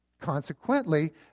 Consequently